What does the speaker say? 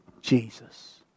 Jesus